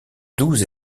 douze